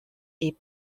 est